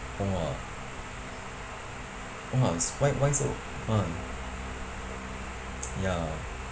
!wah! !wah! s~ why why so uh ya